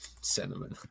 cinnamon